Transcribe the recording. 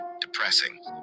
depressing